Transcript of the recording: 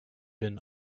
been